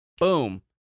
boom